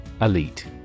Elite